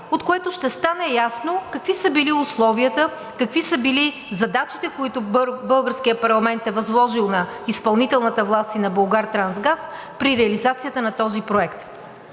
от което ще стане ясно какви са били условията, какви са били задачите, които българският парламент е възложил на изпълнителната власт и на „Булгартрансгаз“ при реализацията на този проект.